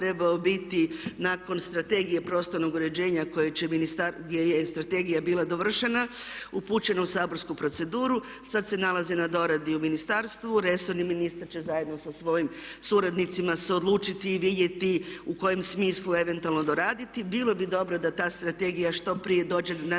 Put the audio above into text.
trebao biti nakon strategije prostornog uređenja gdje je strategija bila dovršena upućen u saborsku proceduru, sada se nalazi na doradi u ministarstvu. Resorni ministar će zajedno sa svojim suradnicima se odlučiti i vidjeti u kojem smislu eventualno doraditi. Bilo bi dobro da ta strategija što prije dođe na